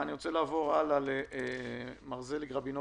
אני רוצה לעבור למר זליג רבינוביץ,